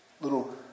little